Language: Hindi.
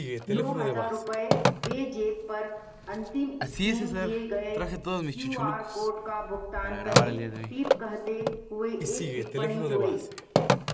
नौ हज़ार रुपये पैजेप पर अंतिम इस्केन किए गए क्यू आर कोड का भुगतान करें टिप कहते हुए एक टिप्पणी जोड़ें